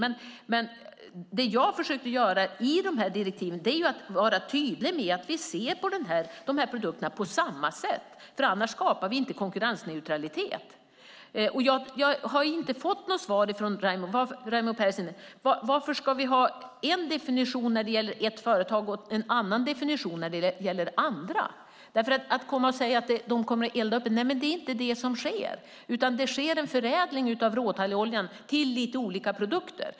Men vad jag har jag försökt göra genom de här direktiven är att vara tydlig med att vi ska se på produkterna på samma sätt, för annars skapar vi inte konkurrensneutralitet. Jag har inte fått något svar från Raimo Pärssinen om varför vi ska ha en viss definition när det gäller ett visst företag och en annan definition när det gäller andra företag. Raimo Pärssinen pratar om att man kommer att elda upp råtalloljan, men det är inte vad som sker, utan det sker en förädling av råtalloljan till lite olika produkter.